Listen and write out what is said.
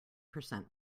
percent